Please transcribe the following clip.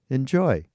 Enjoy